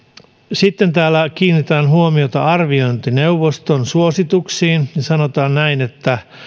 sitten täällä kiinnitetään huomiota arviointineuvoston suosituksiin ja sanotaan näin että